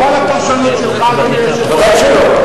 לא על הפרשנות שלך ושל יושב-ראש,